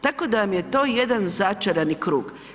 Tako da vam je to jedan začarani krug.